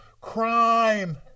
crime